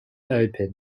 open